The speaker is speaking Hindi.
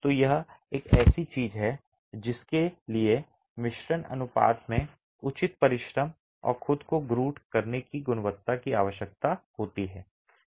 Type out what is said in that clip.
तो यह एक ऐसी चीज है जिसके लिए मिश्रण अनुपात में उचित परिश्रम और खुद को ग्रूट करने की गुणवत्ता की आवश्यकता होती है